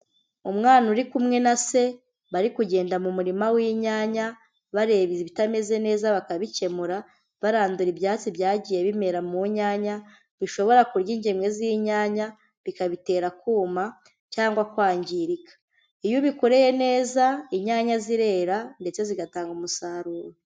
Umwana uri kumwe na se, bari kugenda mu murima w'inyanya bareba ibitameze neza bakabikemura, barandura ibyatsi byagiye bimera mu nyanya bishobora kurya ingemwe z'inyanya, bikabitera kuma cyangwa kwangirika. Iyo ubikoreye neza inyanya zirera ndetse zigatanga umusaruro